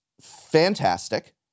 fantastic